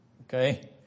Okay